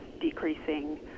decreasing